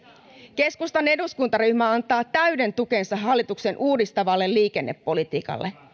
keskustan eduskuntaryhmä antaa täyden tukensa hallituksen uudistavalle liikennepolitiikalle